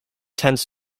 tends